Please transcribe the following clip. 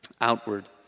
outward